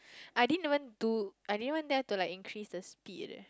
I didn't even do I didn't even dare to like increase the speed leh